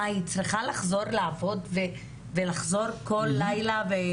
היא צריכה לחזור לעבוד ולחזור כל לילה.